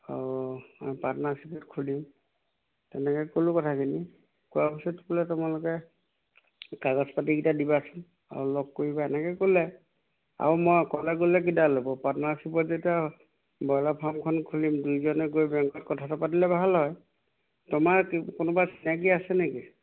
অঁ আৰু পাৰ্টনাৰশ্বিপত খুলিম তেনেকে ক'লোঁ কথাখিনি কোৱাৰ পিছত বোলে তোমালোকে কাগজ পাতিকেইটা দিবাচোন আৰু লগ কৰিবা এনেকে ক'লে আৰু মই অকলে গ'লে কিটা ল'ব পাৰ্টনাৰশ্বিপত যেতিয়া ব্ৰইলাৰ ফাৰ্মখন খুলিম দুইজনে গৈ বেংকত কথাটো পাতিলে ভাল হয় তোমাৰ কিম কোনোবা চিনাকি আছে নেকি